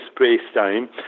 space-time